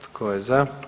Tko je za?